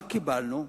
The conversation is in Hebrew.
מה קיבלנו?